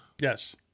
Yes